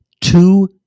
two